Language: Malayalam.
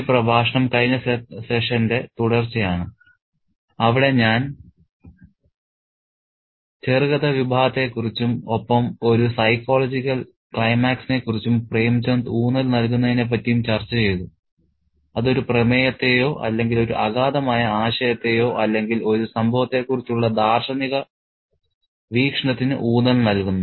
ഈ പ്രഭാഷണം കഴിഞ്ഞ സെഷന്റെ തുടർച്ചയാണ് അവിടെ ഞാൻ ചെറുകഥ വിഭാഗത്തെക്കുറിച്ചും ഒപ്പം ഒരു സൈക്കോളജിക്കൽ ക്ലൈമാക്സിനെ കുറിച്ചും പ്രേംചന്ദ് ഊന്നൽ നൽകുന്നതിനെ പറ്റിയും ചർച്ച ചെയ്തു അത് ഒരു പ്രമേയത്തെയോ അല്ലെങ്കിൽ ഒരു അഗാധമായ ആശയത്തെയോ അല്ലെങ്കിൽ ഒരു സംഭവത്തെക്കുറിച്ചുള്ള ദാർശനിക വീക്ഷണത്തിന് ഊന്നൽ നൽകുന്നു